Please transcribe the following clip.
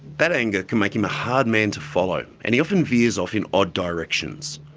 that anger can make him a hard man to follow and he often veers off in odd directions.